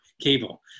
cable